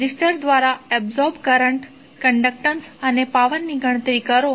resistor દ્વારા absorb current conductance અને પાવરની ગણતરી કરો